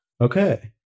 okay